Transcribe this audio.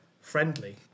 friendly